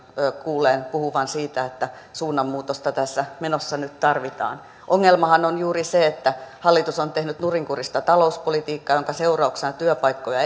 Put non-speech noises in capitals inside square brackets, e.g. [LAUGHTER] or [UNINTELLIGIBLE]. kuullut puhuvan siitä että suunnanmuutosta tässä menossa nyt tarvitaan ongelmahan on juuri se että hallitus on tehnyt nurinkurista talouspolitiikkaa minkä seurauksena työpaikkoja [UNINTELLIGIBLE]